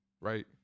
right